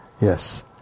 Yes